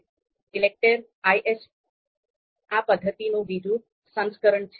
ELECTRE Is ELECTRE - Is આ પદ્ધતિનું બીજુ સંસ્કરણ છે